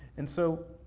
and so,